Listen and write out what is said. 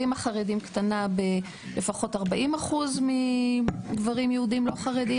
החרדים קטנה בלפחות 40% מגברים יהודים לא חרדים,